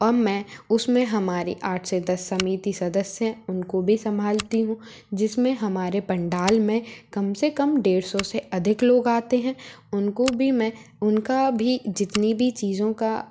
और मैं उसमें हमारे आठ से दस समिति सदस्य हैं उनको भी सम्भालती हूँ जिसमें हमारे पंडाल में कम से कम डेढ़ सौ से अधिक लोग आते है उनको भी मैं उनका भी जितनी भी चीज़ों का